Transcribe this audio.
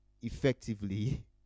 effectively